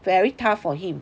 very tough for him